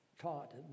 taught